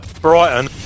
Brighton